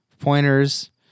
pointers